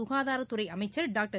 சுகாதாரத்துறை அமைச்சர் டாக்டர்